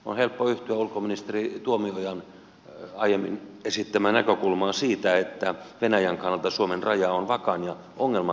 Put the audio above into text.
on helppo yhtyä ulkoministeri tuomiojan aiemmin esittämään näkökulmaan siitä että venäjän kannalta suomen raja on vakain ja ongelmattomin raja